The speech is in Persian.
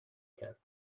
کرد